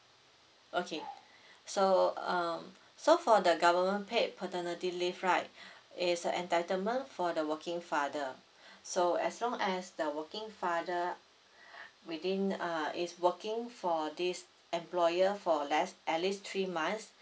okay so uh so for the government paid paternity leave right it's a entitlement for the working father so as long as the working father within uh is working for this employer for less at least three months